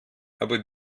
aber